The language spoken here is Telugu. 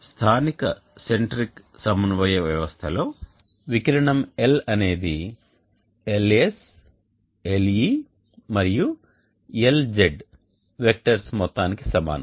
స్థానిక సెంట్రిక్ సమన్వయ వ్యవస్థ లో వికిరణం L అనేది LS LE మరియు LZ వెక్టర్స్ మొత్తానికి సమానం